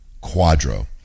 Quadro